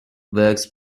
works